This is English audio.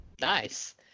nice